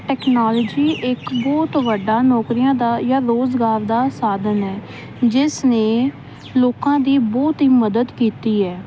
technology ਇਕ ਬਹੁਤ ਵੱਡਾ ਨੌਕਰੀਆਂ ਦਾ ਜਾਂ ਰੋਜ਼ਗਾਰ ਦਾ ਸਾਧਨ ਹੈ ਜਿਸ ਨੇ ਲੋਕਾਂ ਦੀ ਬਹੁਤ ਹੀ ਮਦਦ ਕੀਤੀ ਹੈ